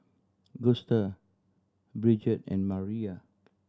Gusta Bridget and Mariah